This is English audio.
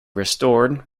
restored